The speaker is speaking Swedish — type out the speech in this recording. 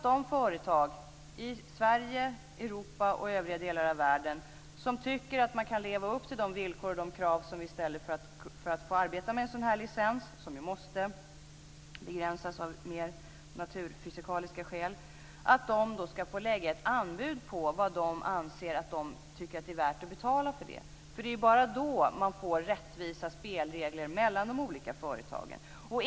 De företag i Sverige, Europa och övriga delar av världen som tycker att man kan leva upp till de villkor och krav som vi ställer för att få arbeta med en sådan här licens, som ju måste begränsas av mer naturfysikaliska skäl, ska få lägga ett anbud där de anger vad de anser det vara värt att betala för detta. Det är bara då man får rättvisa spelregler mellan de olika företagen.